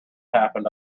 happened